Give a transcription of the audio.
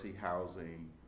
Housing